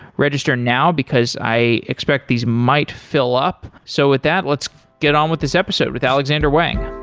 register now, because i expect these might fill up. so with that, let's get on with this episode with alexandr wang.